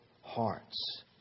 hearts